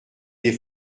des